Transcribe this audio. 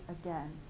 again